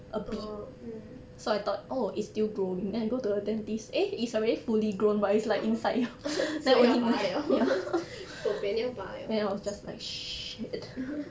orh um so 要拔了 bo bian 要拔了